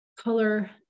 color